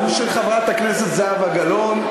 ולשאלתה של חברת הכנסת זהבה גלאון,